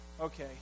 Okay